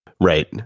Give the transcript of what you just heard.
Right